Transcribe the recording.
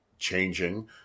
changing